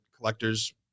collectors